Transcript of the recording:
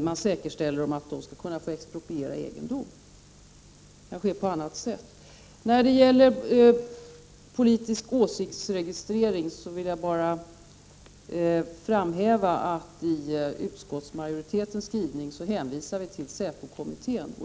man säkerställer möjligheten att expropriera egendom. Den kan ske på annat sätt. När det gäller politisk åsiktsregistrering vill jag bara framhäva att vi i utskottsmajoritetens skrivning hänvisar till säpokommittén.